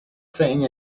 saying